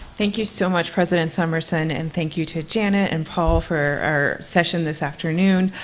thank you so much, president somerson, and thank you to janet and paul for our session this afternoon.